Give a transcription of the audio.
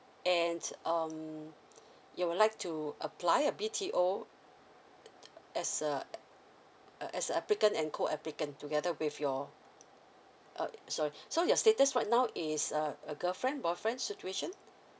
and um you would like to apply a B_T_O as a uh as a applicant and co applicant together with your uh sorry so your status right now is a a girlfriend boyfriend situation